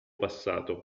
passato